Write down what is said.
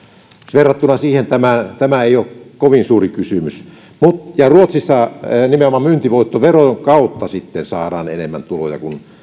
verrattuna siihen tämä tämä ei ole kovin suuri kysymys ja ruotsissa nimenomaan myyntivoittoveron kautta saadaan enemmän tuloja